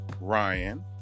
Ryan